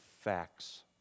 facts